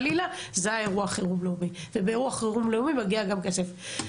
זה היה אירוע חירום לאומי ובאירוע חירום לאומי מגיע גם כסף.